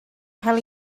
cael